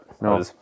no